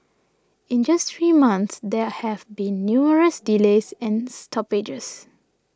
in just three months there have been numerous delays and stoppages